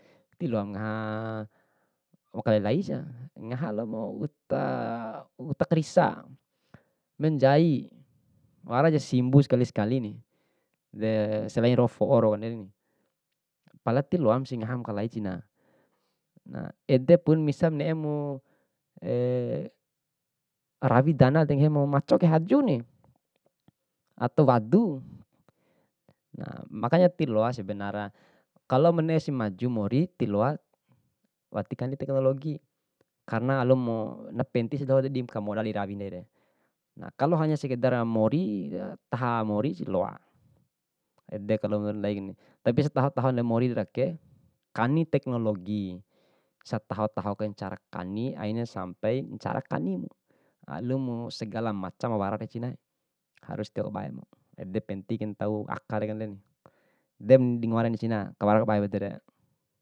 Ti loam ngaha makalai lai sia, ngaha labo uta- uta karisa, menjai, waraja simbu sekali sekalini, de selain ro'o fo'o rau kandeni. Pala ti loamsi ngaha makalai cina. Na, edepun misa ne'emu rawi danade nggahimu maco kai hajuni ato wadu. makanya tiloa sebanara kalo ma ne'esi maju mori, tiloa wati kani teknologi karena alumu na pentisi siadoho dimkamoda dirawi ndaire. Na, kalo hanya sekedara mori, taha morisi loa, ede kalo ndaini tapi setaho tahona morira ake, kani teknologi, setaho tahon kaim cara kani aina sampe, ncara kanimu, alumu segala maca mawaraka cinae, harus tio kabaemu, ede penting kai ntau akade kaden, den dingoare cina, kawara kabaepu edere.